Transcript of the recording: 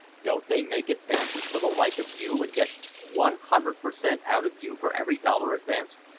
don't they make advances to the like of you and get one hundred per cent out of you for every dollar advanced?